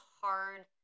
hard –